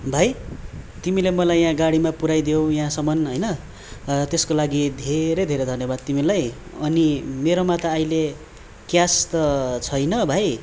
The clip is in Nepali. भाइ तिमीले मलाई यहाँ गाडीमा पुऱ्याइदियौ यहाँसम्म होइन त्यसको लागि धेरै धेरै धन्यवाद तिमीलाई अनि मेरोमा त अहिले क्यास त छैन भाइ